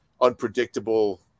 unpredictable